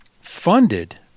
funded